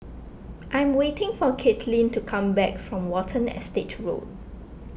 I'm waiting for Katelyn to come back from Watten Estate Road